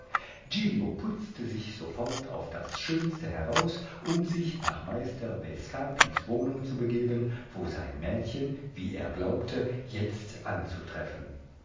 putzte sich sofort auf das schönste heraus um sich nach meister bescapis wohnung zu begeben wo sein mädchen wie er glaubte jetzt anzutreffen